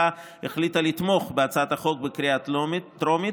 ועדת השרים לחקיקה החליטה לתמוך בהצעת החוק בקריאה טרומית,